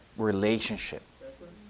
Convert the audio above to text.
relationship